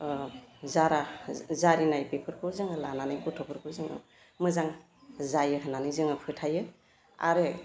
जारा जारिनाय बेफोरखौ जोङो लानानै गथ'फोरखौ जोङो मोजां जायो होननानै जोङो फोथायो आरो